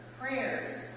prayers